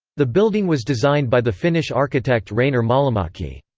the building was designed by the finnish architect rainer mahlamaki.